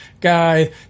guy